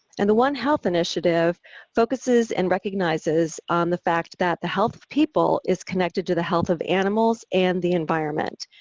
and the one health initiative focuses and recognizes um the fact that the health of people is connected to the health of animals and the environment.